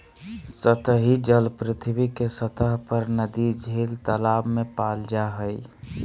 सतही जल पृथ्वी के सतह पर नदी, झील, तालाब में पाल जा हइ